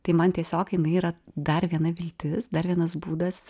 tai man tiesiog jinai yra dar viena viltis dar vienas būdas